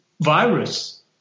virus